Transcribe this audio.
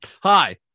Hi